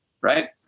right